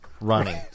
running